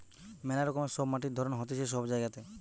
মেলা রকমের সব মাটির ধরণ হতিছে সব জায়গাতে